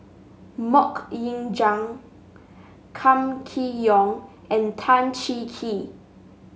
MoK Ying Jang Kam Kee Yong and Tan Cheng Kee